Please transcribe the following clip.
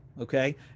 okay